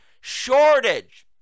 shortage